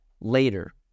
later